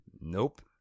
Nope